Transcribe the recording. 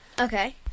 Okay